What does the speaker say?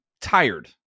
tired